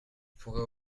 pourrais